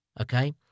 Okay